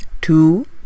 two